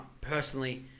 Personally